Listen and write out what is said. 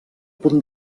punt